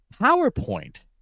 PowerPoint